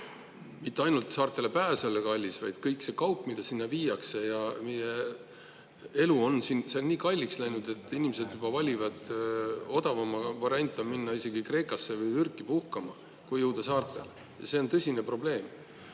Mitte ainult saartele pääs ei ole kallis, vaid kõik see kaup, mida sinna viiakse, ja meie elu seal on nii kalliks läinud, et inimesed valivad. Odavam variant on minna isegi Kreekasse või Türki puhkama kui jõuda saartele. See on tõsine probleem. Aga